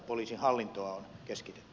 arvoisa puhemies